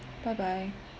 bye bye